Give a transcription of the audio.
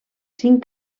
cinc